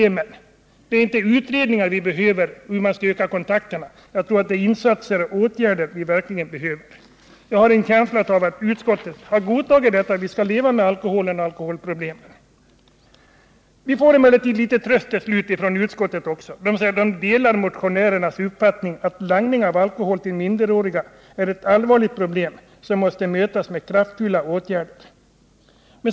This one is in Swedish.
Vad vi behöver är inte utredningar om hur man skall öka kontakterna. Jag tror att det är insatser och åtgärder vi verkligen behöver. Jag har en känsla av att utskottet har godtagit att vi skall leva med alkoholen och alkoholproblemen. Vi får emellertid också litet tröst från utskottet, som ”delar motionärernas uppfattning att langning av alkohol till minderåriga är ett allvarligt problem som måste mötas med kraftfulla åtgärder”.